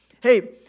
hey